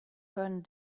burned